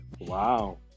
Wow